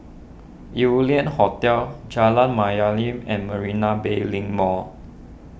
Yew Lian Hotel Jalan Mayaanam and Marina Bay Link Mall